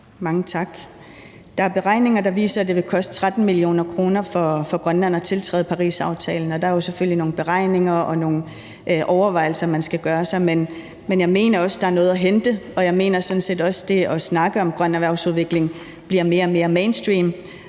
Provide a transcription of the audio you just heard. Mange tak. Der er beregninger, der viser, at det vil koste 13 mia. kr. at tiltræde Parisaftalen. Og der er jo selvfølgelig nogle beregninger og nogle overvejelser, man skal gøre sig. Men jeg mener også, at der er noget at hente, og jeg mener sådan set også, at det at snakke om en grøn erhvervsudvikling bliver mere og mere mainstream